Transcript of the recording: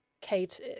Kate